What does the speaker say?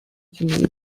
gymnasium